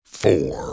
four